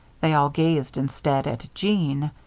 they all gazed, instead, at jeanne.